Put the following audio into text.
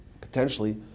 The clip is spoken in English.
potentially